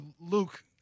Luke